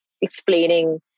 explaining